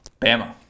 Bama